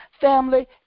Family